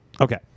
Okay